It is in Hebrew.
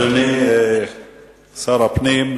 אדוני שר הפנים,